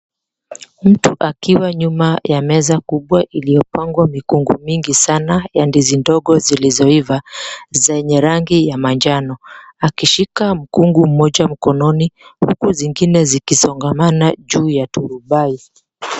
Mtu akiwa nyuma ya meza kubwa iliyopangwa mikungu mingi sana ya ndizi ndogo zilizoiva zenye rangi ya manjano, akishika mkungu mmoja mkononi huku zingine zikosongamana juu ya turubai.